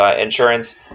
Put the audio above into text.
Insurance